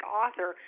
author